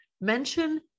mention